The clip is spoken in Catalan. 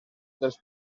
dels